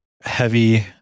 Heavy